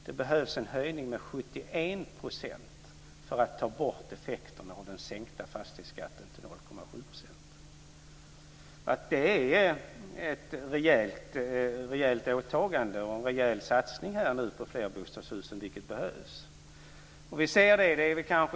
Det behövs en höjning med 71 % för att ta bort effekterna av den sänkta fastighetsskatten till 0,7 %. Det är ett rejält åtagande och en rejäl satsning på flerbostadshusen, vilket behövs.